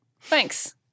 Thanks